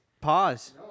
pause